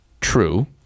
true